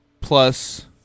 plus